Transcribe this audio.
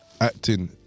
acting